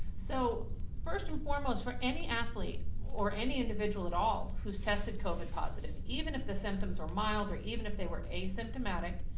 so first and foremost, for any athlete or any individual at all who's tested covid positive, even if the symptoms are mild or even if they were asymptomatic,